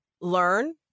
learn